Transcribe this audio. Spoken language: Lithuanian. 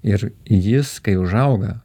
ir jis kai užauga